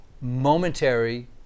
momentary